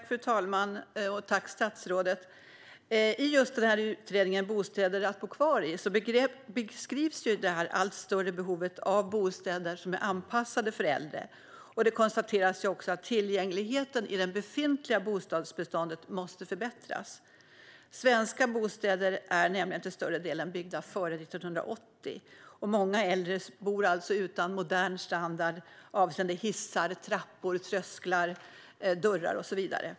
Fru talman! Tack, statsrådet, för svaret! I utredningen Bostäder att bo kvar i - Bygg för gemenskap i tillgänglighetssmarta boendemiljöer beskrivs det allt större behovet av bostäder som är anpassade för äldre. Det konstateras också att tillgängligheten i det befintliga bostadsbeståndet måste förbättras. Svenska bostäder är nämligen till större delen byggda före 1980. Många äldre bor alltså utan modern standard avseende hissar, trappor, trösklar, dörrar och så vidare.